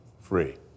free